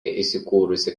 įsikūrusi